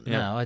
no